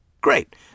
Great